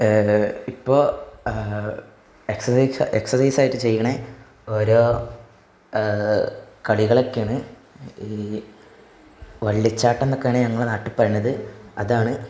ഇപ്പോൾ എക്സർസൈസാണ് എക്സർസൈസായിട്ട് ചെയ്യണെ ഓരോ കളികളൊക്കെയാണ് ഈ വള്ളിച്ചാട്ടമെന്നൊക്കെയാണ് ഞങ്ങളുടെ നാട്ടിൽ പറയണത് അതാണ്